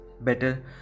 better